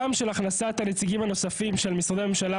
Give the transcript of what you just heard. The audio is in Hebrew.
גם של הכנסת הנציגים הנוספים של משרדי הממשלה